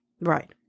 Right